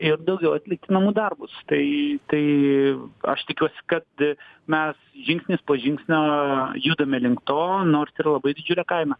ir daugiau atlikti namų darbus tai tai aš tikiuosi kad mes žingsnis po žingsnio judame link to nors ir labai didžiulę kainą